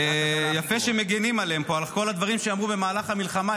יפה שמגינים עליהם פה על כל הדברים שאמרו במהלך המלחמה.